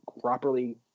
properly